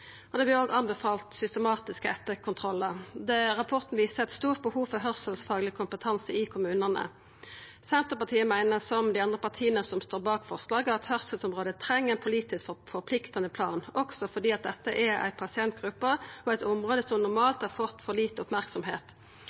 eit stort behov for høyrselsfagleg kompetanse i kommunane. Senterpartiet meiner, som dei andre partia som står bak forslaget, at høyrselsområdet treng ein politisk forpliktande plan, også fordi dette er ei pasientgruppe og eit område som normalt har fått for lite